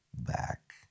Back